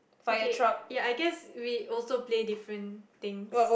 okay ya I guess we also play different things